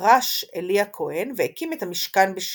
פרש עלי הכהן והקים את המשכן בשילה.